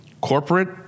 corporate